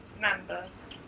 members